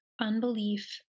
Unbelief